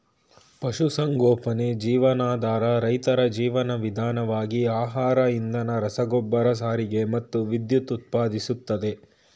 ಪಶುಸಂಗೋಪನೆ ಜೀವನಾಧಾರ ರೈತರ ಜೀವನ ವಿಧಾನವಾಗಿ ಆಹಾರ ಇಂಧನ ರಸಗೊಬ್ಬರ ಸಾರಿಗೆ ಮತ್ತು ವಿದ್ಯುತ್ ಉತ್ಪಾದಿಸ್ತದೆ